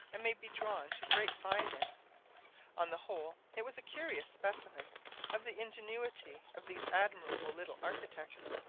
and may be drawn to great fineness on the whole it was a curious specimen of the ingenuity of these admirable little architects.